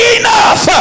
enough